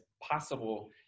Possible